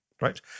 right